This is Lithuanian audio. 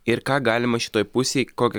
ir ką galima šitoj pusėj kokią